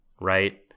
right